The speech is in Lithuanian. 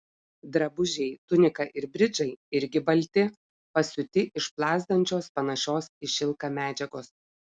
drabužiai tunika ir bridžai irgi balti pasiūti iš plazdančios panašios į šilką medžiagos